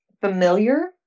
familiar